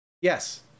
Yes